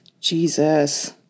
Jesus